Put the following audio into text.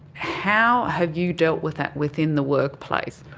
how have you dealt with that within the workplace?